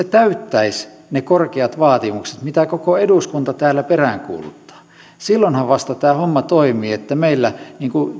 täyttäisi ne korkeat vaatimukset mitä koko eduskunta täällä peräänkuuluttaa silloinhan vasta tämä homma toimii kun meillä